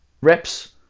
reps